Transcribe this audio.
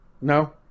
No